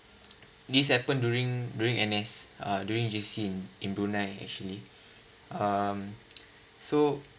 this happened during during N_S uh during J_C in brunei actually um so